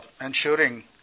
ensuring